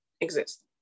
exist